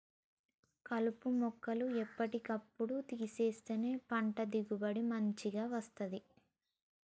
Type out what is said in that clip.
కలుపు మొక్కలు ఎప్పటి కప్పుడు తీసేస్తేనే పంట దిగుబడి మంచిగ వస్తది